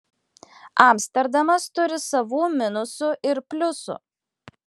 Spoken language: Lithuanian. amsterdamas turi savų minusų ir pliusų